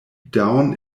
down